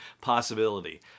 possibility